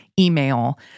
email